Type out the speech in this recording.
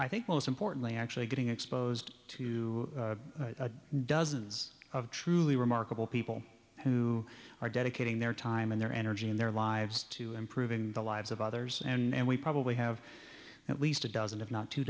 i think most importantly actually getting exposed to dozens of truly remarkable people who are dedicating their time and their energy and their lives to improving the lives of others and we probably have at least a dozen if not two